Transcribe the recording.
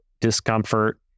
discomfort